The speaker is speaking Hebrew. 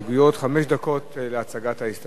חמש דקות להצגת ההסתייגויות,